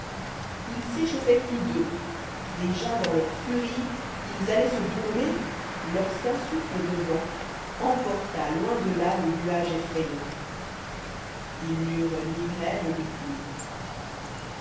ils s'échauffoient tous deux déjà dans leur furia us alloient se gourmer lorsqu'un souffle de vent emporta loin de là le nuage effrayant ils n'eurent ni grêle ni pluie